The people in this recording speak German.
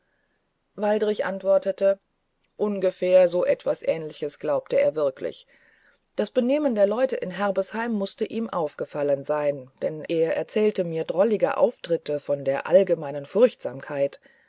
waldrich antwortete ungefähr so etwas ähnliches glaubte er wirklich das benehmen der leute in herbesheim mußte ihm aufgefallen sein denn er erzählte mir drollige auftritte von der allgemeinen furchtsamkeit